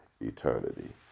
eternity